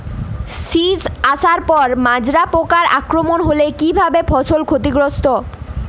শীষ আসার পর মাজরা পোকার আক্রমণ হলে কী ভাবে ফসল ক্ষতিগ্রস্ত?